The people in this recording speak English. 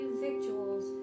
victuals